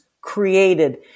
created